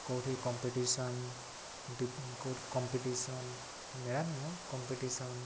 କେଉଁଠି କମ୍ପିଟିସନ୍ କେଉଁଠି କମ୍ପିଟିସନ୍ ମେଳା ନୁହଁ କମ୍ପିଟିସନ୍